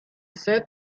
said